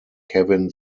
kevin